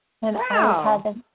Wow